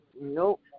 Nope